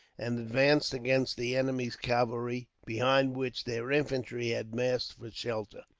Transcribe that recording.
and advanced against the enemy's cavalry, behind which their infantry had massed for shelter.